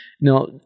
Now